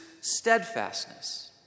steadfastness